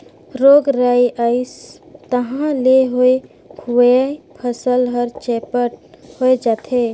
रोग राई अइस तहां ले होए हुवाए फसल हर चैपट होए जाथे